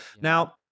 Now